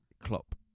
Klopp